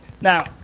Now